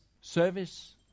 service